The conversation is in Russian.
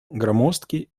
громоздки